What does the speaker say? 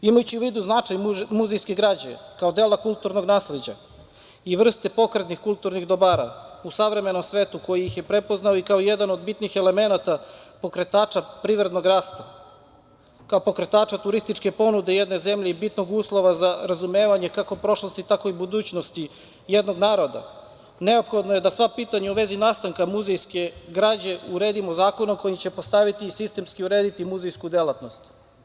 Imajući u vidu značaj muzejske građe, kao dela kulturnog nasleđa i vrste pokretnih kulturnih dobara u savremenom svetu koji ih je prepoznao i kao jedan od bitnih elemenata pokretača privrednog rasta, kao pokretača turističke ponude jedne zemlje i bitnog uslova za razumevanje kako prošlosti, tako i budućnosti jednog naroda, neophodno je da sva pitanja u vezi nastanka muzejske građe uredimo zakonom kojim ćemo postaviti i sistemski urediti muzejsku delatnost.